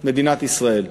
מדינת ישראל.